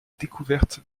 découverte